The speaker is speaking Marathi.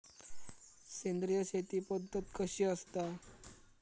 सेंद्रिय शेती पद्धत कशी असता?